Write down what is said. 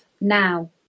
now